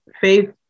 faith